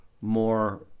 more